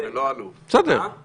ברור לו, הוא צריך לחזור לדירקטיבה.